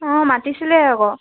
অঁ মাতিছিলে আকৌ